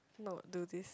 not do this